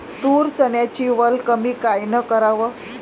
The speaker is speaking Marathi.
तूर, चन्याची वल कमी कायनं कराव?